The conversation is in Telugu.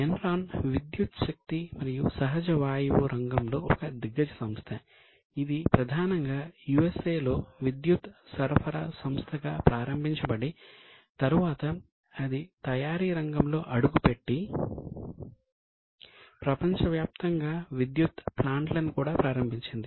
ఎన్రాన్ లో విద్యుత్ సరఫరా సంస్థగా ప్రారంభించబడితరువాత అది తయారీ రంగంలో అడుగు పెట్టి ప్రపంచవ్యాప్తంగా విద్యుత్ ప్లాంట్లను కూడా ప్రారంభించింది